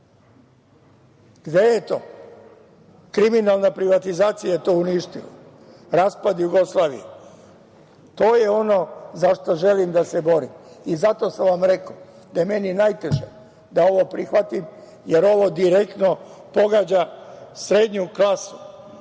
Gde je to? Kriminalna privatizacija je to uništila, raspad Jugoslavije. To je ono za šta želim da se borim i zato sam vam rekao da je meni najteže da ovo prihvatim, jer ovo direktno pogađa srednju klasu,